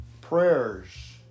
prayers